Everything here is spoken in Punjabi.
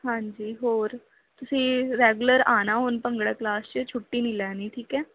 ਹਾਂਜੀ ਹੋਰ ਤੁਸੀਂ ਰੈਗੂਲਰ ਆਉਣਾ ਹੁਣ ਭੰਗੜਾ ਕਲਾਸ 'ਚ ਛੁੱਟੀ ਨਹੀਂ ਲੈਣੀ ਠੀਕ ਹੈ